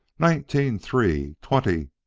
ninety-three twenty